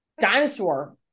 dinosaur